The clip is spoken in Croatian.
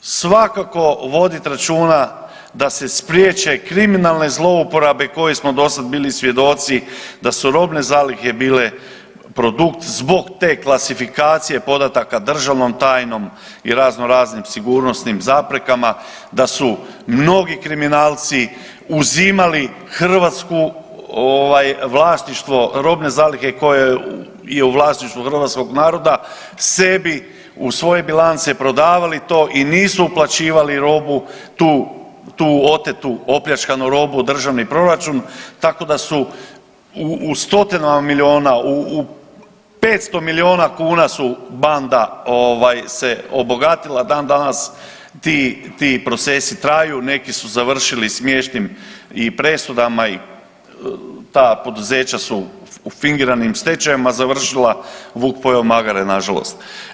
svakako voditi računa da se spriječe kriminalne zlouporabe koje smo dosad bili svjedoci da su robne zalihe bile produkt zbog te klasifikacije podataka državnom tajnom i razno raznim sigurnosnim zaprekama, da su mnogi kriminalci uzimali hrvatsku ovaj vlasništvo robne zalihe koje i u vlasništvu hrvatskog naroda sebi, u svoje bilance, prodavali to i nisu uplaćivali robu tu otetu, opljačkanu robu u državni proračun, tako da su u stotinama milijuna, u 500 milijuna kuna su banda ovaj, se obogatila, dan danas ti procesi traju, neki su završili smiješnim i presudama i ta poduzeća su u fingiranim stečajevima završila, vuk pojeo magare, nažalost.